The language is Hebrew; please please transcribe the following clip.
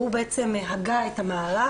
שהוא בעצם הגה את המהלך.